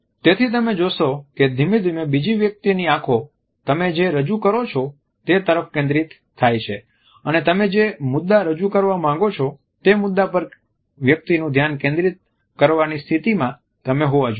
તેથી તમે જોશો કે ધીમે ધીમે બીજી વ્યક્તિની આંખો તમે જે રજુ કરો છો તે તરફ કેન્દ્રિત થાય છે અને તમે જે મુદ્દા રજુ કરવામાં માંગો છો તે મુદ્દા પર વ્યક્તિનું ધ્યાન કેન્દ્રિત કરવાની સ્થિતિમાં તમે હોવા જોઈએ